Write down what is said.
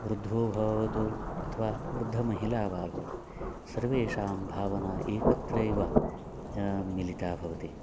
वृद्धो भवतु अथवा वृद्धमहिला वा भवतु सर्वेषां भावना एकत्रैव मिलिता भवति